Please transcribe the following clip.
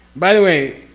by the way,